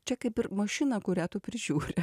čia kaip ir mašina kurią tu prižiūri